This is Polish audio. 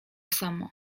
samo